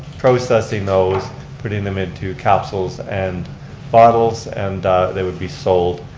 processing those putting them into capsules and bottles. and they would be sold